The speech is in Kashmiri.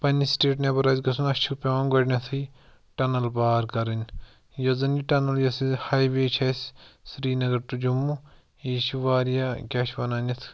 پننہِ سِٹیٹ نیٚبَر آسہِ گژھُن اسہِ چھِ پیٚوان گۄڈٕنیٚتھٕے ٹَنَل پار کَرٕنۍ یۄس زَن یہِ ٹَنَل یۄس یہِ ہاے وے چھِ اسہِ سریٖنَگَر ٹوٚ جموں یہِ چھِ واریاہ کیٛاہ چھِ وَنان یَتھ